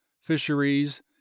fisheries